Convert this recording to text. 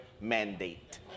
Mandate